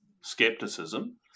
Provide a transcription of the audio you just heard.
skepticism